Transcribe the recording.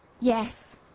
Yes